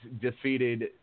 defeated